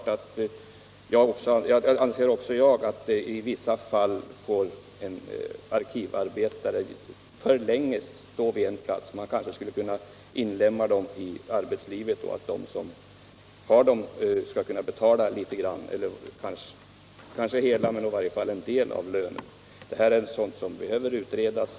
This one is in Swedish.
Även jag anser att en arkivarbetare i vissa fall får stå för länge vid en plats. Kanske skulle man kunna inlemma arkivarbetarna i arbetslivet och låta arbets givarna betala åtminstone en del av lönen. Jag håller med om att detta — Nr 39 behöver utredas.